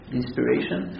inspiration